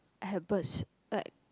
I have birch like